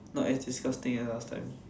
not as disgusting as last time